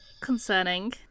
concerning